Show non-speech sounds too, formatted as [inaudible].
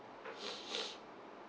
[breath]